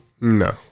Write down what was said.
No